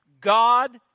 God